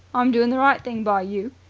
i'm doing the right thing by you.